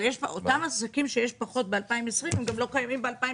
אבל אותם עסקים פחות ב-2020 גם לא קיימים ב-2022,